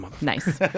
Nice